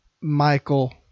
Michael